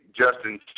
Justin